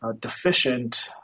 deficient